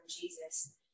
Jesus